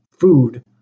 food